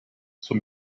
zum